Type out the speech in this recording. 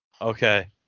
Okay